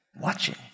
watching